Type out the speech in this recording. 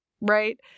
right